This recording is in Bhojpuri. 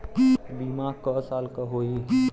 बीमा क साल क होई?